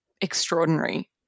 extraordinary